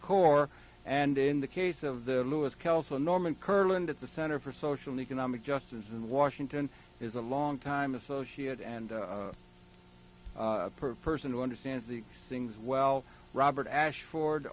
core and in the case of the lewis kelso norman kirkland at the center for social economic justice in washington is a long time associate and per person who understands the things well robert ashford